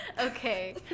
Okay